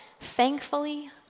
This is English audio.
thankfully